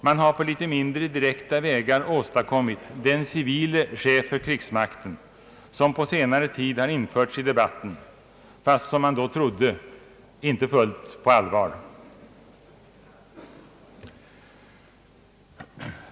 Man har på litet mindre direkta vägar åstadkommit den civile chef för krigsmakten som på senare tid har införts i debatten, fast — som man då trodde — knappast på fullt allvar.